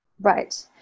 Right